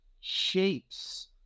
shapes